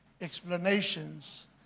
explanations